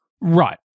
right